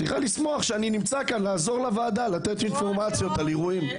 את צריכה לשמוח שאני נמצא כאן לעזור לוועדה לקבל אינפורמציה על אירועים.